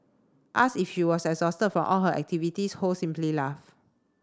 asked if she was exhausted from all her activities Ho simply laughed